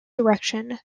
direction